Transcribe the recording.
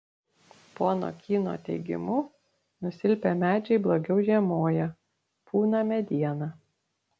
pono kyno teigimu nusilpę medžiai blogiau žiemoja pūna mediena